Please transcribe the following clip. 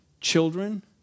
children